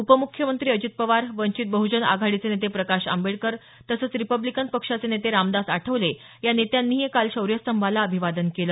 उपमुख्यमंत्री अजित पवार वंचित बहजन आघाडीचे नेते प्रकाश आंबेडकर तसंच रिपब्लिकन पक्षाचे नेते रामदास आठवले या नेत्यांनीही काल शौर्यस्तंभाला अभिवादन केलं